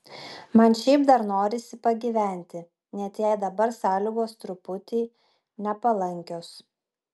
man šiaip dar norisi pagyventi net jei dabar sąlygos truputį nepalankios